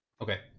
Okay